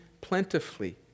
plentifully